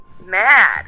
mad